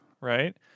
right